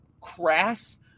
crass